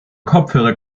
kopfhörer